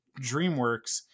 DreamWorks